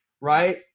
right